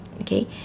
Okay